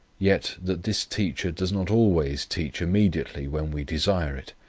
yet that this teacher does not always teach immediately when we desire it,